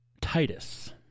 Titus